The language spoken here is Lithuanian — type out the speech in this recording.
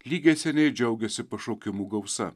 lygiai seniai džiaugėsi pašaukimų gausa